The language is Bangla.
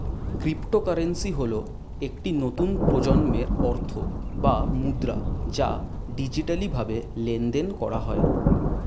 ক্রিপ্টোকারেন্সি হল একটি নতুন প্রজন্মের অর্থ বা মুদ্রা যা ডিজিটালভাবে লেনদেন করা হয়